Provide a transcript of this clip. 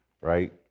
right